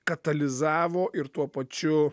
katalizavo ir tuo pačiu